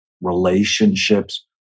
Relationships